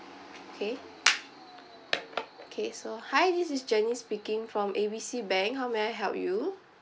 okay okay so hi this is janice speaking from A B C bank how may I help you